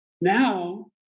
Now